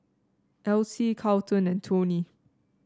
Esley Charlton and Tony